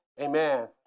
Amen